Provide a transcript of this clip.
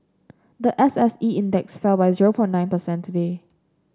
the S S E Index fell by drove for nine percent today